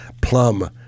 Plum